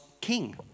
king